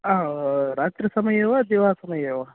रात्रिसमये वा दिवासमये वा